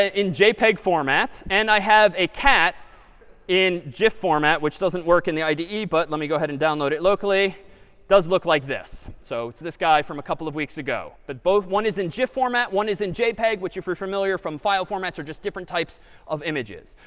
ah in jpeg format. and i have a cat in gif format which doesn't work in the ide but let me go ahead and download it locally does look like this. so it's this guy from a couple of weeks ago. but both one is in gif format, one is in jpeg, which if you're familiar from file formats are just different types of images.